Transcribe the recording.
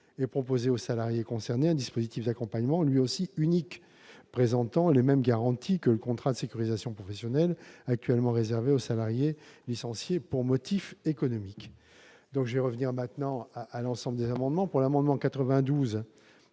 et proposer aux salariés concernés un dispositif d'accompagnement lui aussi unique, présentant les mêmes garanties que le contrat de sécurisation professionnelle, actuellement réservé aux salariés licenciés pour motif économique. J'en viens aux amendements en discussion commune. Il